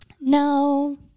No